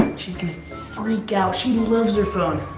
she's gonna freak out, she loves her phone!